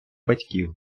батьків